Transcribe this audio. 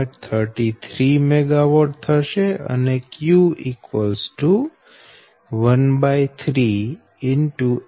33 MW અને Q 13X 80 X 0